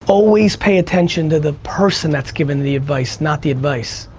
always pay attention to the person that's giving the advice, not the advice.